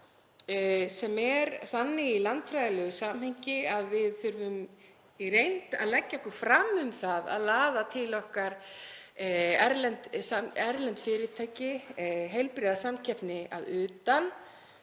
sem er þannig í landfræðilegu samhengi að við þurfum í reynd að leggja okkur fram um að laða til okkar erlend fyrirtæki og heilbrigða samkeppni að utan.